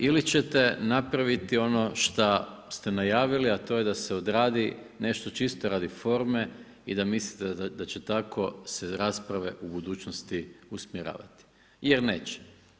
Ili ćete napraviti ono što ste najavili a to je da se odradi nešto čisto radi forme i da mislite da će tako se rasprave u budućnosti usmjeravati, jer neće.